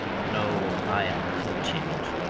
no, i am content.